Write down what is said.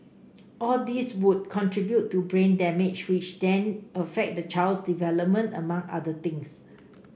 all these would contribute to brain damage which then affect the child's development among other things